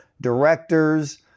directors